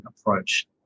approach